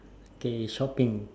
K shopping